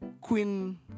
Queen